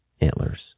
antlers